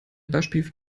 beispiel